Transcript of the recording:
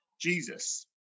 Jesus